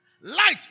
Light